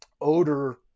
odor